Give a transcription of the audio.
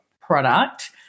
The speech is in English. product